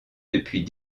depuis